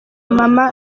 mama